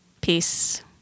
peace